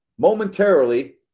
momentarily